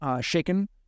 shaken